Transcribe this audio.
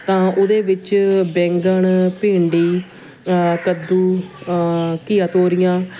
ਤਾਂ ਉਹਦੇ ਵਿੱਚ ਬੈਂਗਣ ਭਿੰਡੀ ਕੱਦੂ ਘੀਆ ਤੋਰੀਆਂ